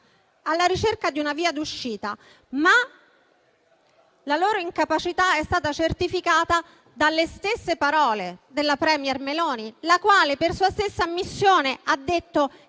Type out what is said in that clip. alla ricerca di una via d'uscita. Ma la loro incapacità è stata certificata dalle stesse parole della *premier* Meloni, la quale, per sua stessa ammissione, ha detto che